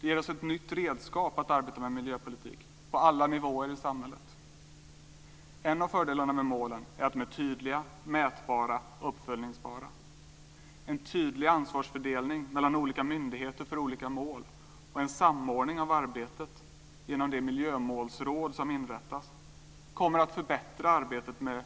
Det ger oss ett nytt redskap att arbeta med miljöpolitik på alla nivåer i samhället. En av fördelarna med målen är att de är tydliga, mätbara och uppföljningsbara. En tydlig ansvarsfördelning mellan olika myndigheter för olika mål och en samordning av arbetet genom det miljömålsråd som inrättas kommer att förbättra arbetet med